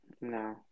No